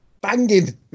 banging